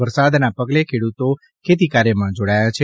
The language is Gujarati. વરસાદના પગલે ખેડૂતો ખેતી કાર્યમાં જોડાયા છે